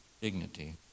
dignity